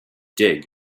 dig